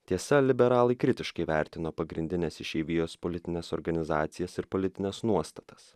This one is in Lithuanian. tiesa liberalai kritiškai vertino pagrindines išeivijos politines organizacijas ir politines nuostatas